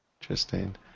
Interesting